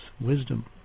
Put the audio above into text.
wisdom